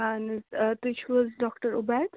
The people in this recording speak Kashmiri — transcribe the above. اَہن حظ تُہۍ چھُو حظ ڈاکٹَر عُبید